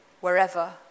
wherever